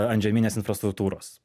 antžeminės infrastruktūros